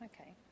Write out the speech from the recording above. Okay